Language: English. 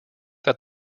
that